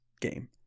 game